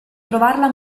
trovarla